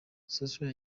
social